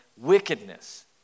wickedness